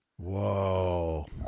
Whoa